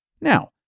Now